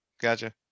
Gotcha